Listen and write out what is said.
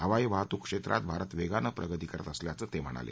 हवाई वाहतूक क्षेत्रात भारत वेगानं प्रगती करत असल्याचं ते म्हणाले